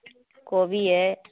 کوبی ہے